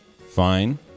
fine